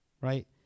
Right